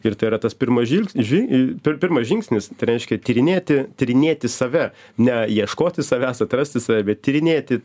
ir tai yra tas pirmas žil žyg pirmas žingsnis reiškia tyrinėti tyrinėti save ne ieškoti savęs atrasti save bet tyrinėti